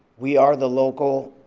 we are the local